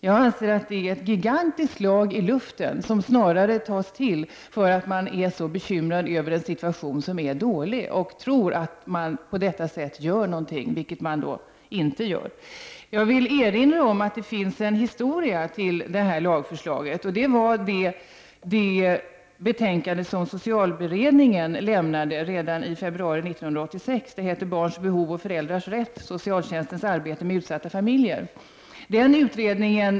Jag anser att den föreslagna lagändringen är ett gigantiskt slag i luften som snarare tas till för att man är så bekymrad över en situation som är dålig och tror att man på detta sätt gör någonting, vilket man inte gör. Jag vill erinra om att det finns en historia till detta lagförslag, nämligen det betänkande som socialberedningen lade fram redan i februari 1986. Det hette Barns behov och föräldrars rätt, socialtjänstens arbete med utsatta familjer.